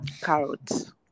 carrots